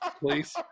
please